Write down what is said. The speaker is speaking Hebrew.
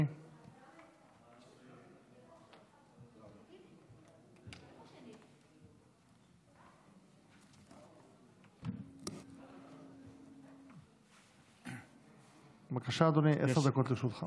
1611. בבקשה, אדוני, עשר דקות לרשותך.